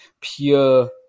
pure